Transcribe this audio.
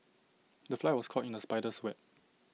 the fly was caught in the spider's web